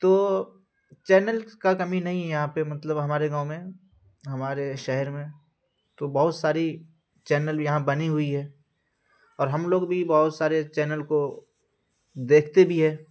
تو چینل کا کمی نہیں ہے یہاں پہ مطلب ہمارے گاؤں میں ہمارے شہر میں تو بہت ساری چینل یہاں بنی ہوئی ہے اور ہم لوگ بھی بہت سارے چینل کو دیکھتے بھی ہے